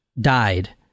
died